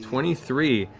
twenty three.